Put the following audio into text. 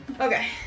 Okay